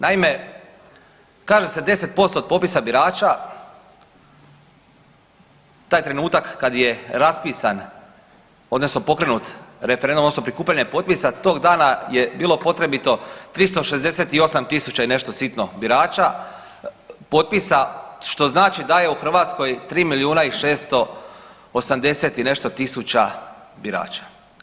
Naime, kaže se 10% od popisa birača, taj trenutak kad je raspisan odnosno pokrenut referendum odnosno prikupljanje potpisa tog dana je bilo potrebito 368.000 i nešto sitno birača, potpisa što znači da je u Hrvatskoj 3 milijuna i 680 i nešto tisuća birača.